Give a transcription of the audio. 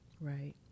Right